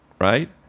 Right